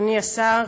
אדוני השר,